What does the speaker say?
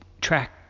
track